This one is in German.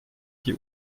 die